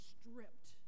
stripped